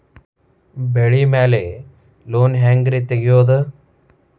ಬೆಳಿ ಮ್ಯಾಲೆ ಲೋನ್ ಹ್ಯಾಂಗ್ ರಿ ತೆಗಿಯೋದ?